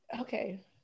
okay